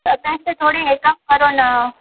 पैसे थोड़ी है कम करो ना